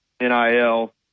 NIL